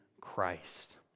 Christ